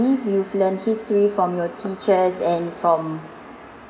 you've learnt history from your teachers and from